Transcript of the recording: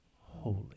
holy